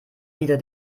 wieder